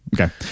okay